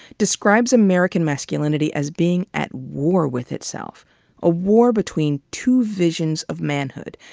describes american masculinity as being at war with itself a war between two visions of manhood.